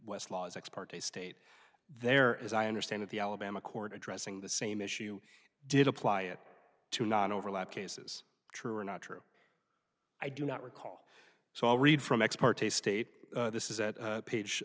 west laws ex parte state there as i understand it the alabama court addressing the same issue did apply it to non overlap cases true or not true i do not recall so i'll read from ex parte state this is at page